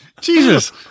Jesus